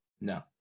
no